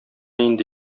инде